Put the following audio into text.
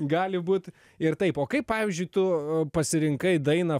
gali būt ir taip o kaip pavyzdžiui tu pasirinkai dainą